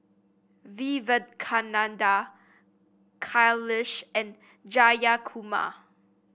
Vivekananda Kailash and Jayakumar